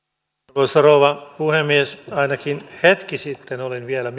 arvoisa rouva puhemies ainakin hetki sitten olin vielä